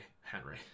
Henry